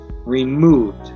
Removed